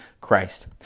Christ